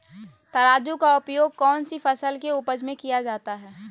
तराजू का उपयोग कौन सी फसल के उपज में किया जाता है?